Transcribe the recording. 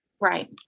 Right